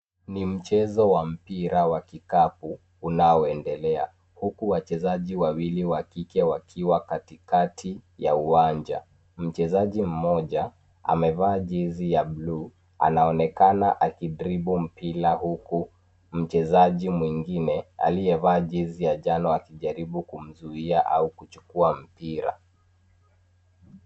Ni mchezo wa mpira wa kikapu unaoendelea huku wachezaji wawili wakiwa katikati ya uwanja. Mchezaji mmoja amevaa jezi ya buluu, anaonekana akidribble mpira. Huku mchezaji mwingine aliyevaa jezi ya manjano anajaribu kumzuia au kuchukua mpira.